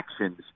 actions